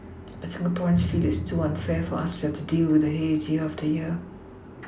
but Singaporeans feel it is too unfair for us to have to deal with the haze year after year